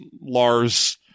lars